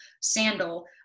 sandal